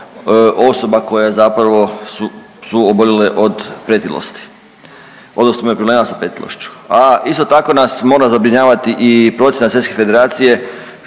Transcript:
osoba koje zapravo su oboljele od pretilosti odnosno imaju problema sa pretilošću. A isto tako nas mora zabrinjavati i procjena Svjetske federacije